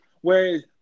Whereas